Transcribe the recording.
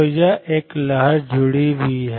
तो एक लहर जुड़ी हुई है